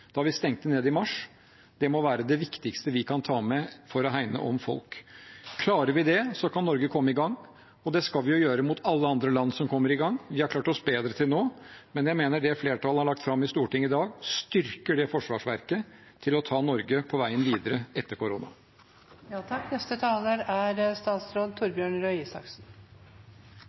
da vi stengte ned i mars, må være det viktigste vi kan ta med for å hegne om folk. Klarer vi det, kan Norge komme i gang – og det skal vi gjøre. Sammenlignet med andre land har vi klart oss bedre til nå, men jeg mener at det som flertallet har lagt fram i Stortinget i dag, styrker forsvarsverket til å ta Norge på veien videre etter korona. Jeg må gi representanten Kolberg rett i én ting, og det er at når jeg kommer her som statsråd